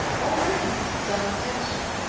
all britons, without exception,